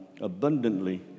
abundantly